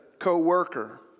co-worker